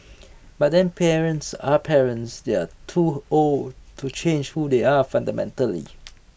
but then parents are parents they are too old to change who they are fundamentally